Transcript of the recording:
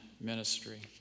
ministry